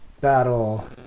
battle